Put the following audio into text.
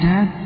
Dad